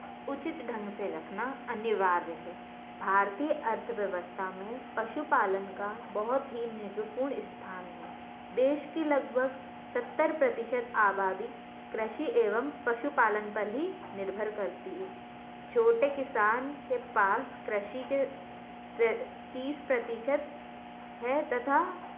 उचित ढंग से रखना अनिवार्य है भारतीय अर्थव्यवस्था में पशुपालन का बहुत ही महत्वपूर्ण स्थान है देश के लगभग सत्तर प्रतिशत आबादी कृषि एवं पशुपालन पर ही निर्भर करती है छोटे किसान के पास कृषि के तीस प्रतिशत है तथा